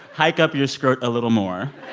hike up your skirt a little more